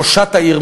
ראשת העיר,